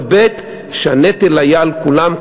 וגם שהנטל היה על כולם,